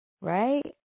right